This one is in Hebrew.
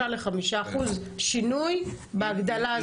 בין 3% ל-5% שינוי בהגדלה הזאת.